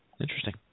Interesting